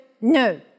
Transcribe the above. no